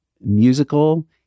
musical